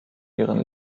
ihren